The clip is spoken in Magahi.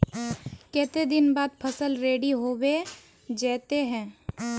केते दिन बाद फसल रेडी होबे जयते है?